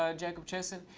ah jabkochason.